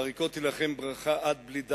והריקותי לכם ברכה עד בלי די".